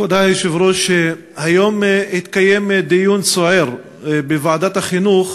כבוד היושב-ראש, היום התקיים בוועדת החינוך